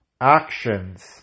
actions